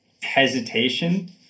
hesitation